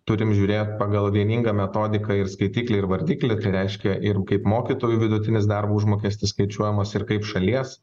turim žiūrėt pagal vieningą metodiką ir skaitiklį ir vardiklį ir reiškia ir kaip mokytojų vidutinis darbo užmokestis skaičiuojamas ir kaip šalies